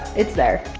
it's there.